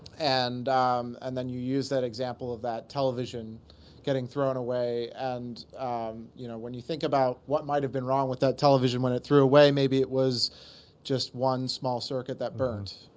and um and then you used that example of that television getting thrown away. and you know when you think about what might have been wrong with that television when it threw away, maybe it was just one small circuit that burned,